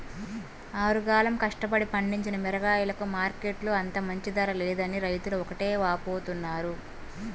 ఆరుగాలం కష్టపడి పండించిన మిరగాయలకు మార్కెట్టులో అంత మంచి ధర లేదని రైతులు ఒకటే వాపోతున్నారు